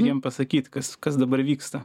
jiem pasakyt kas kas dabar vyksta